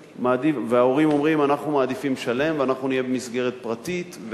ההורים אומרים: אנחנו מעדיפים לשלם ואנחנו נהיה במסגרת פרטית,